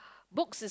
books is